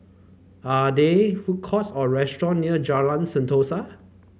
are there food courts or restaurant near Jalan Sentosa